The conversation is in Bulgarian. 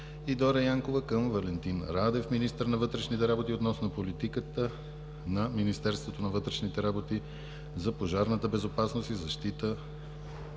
и Дора Янкова към Валентин Радев – министър на вътрешните работи, относно политиката на Министерството на вътрешните работи за пожарната безопасност и защита